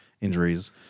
injuries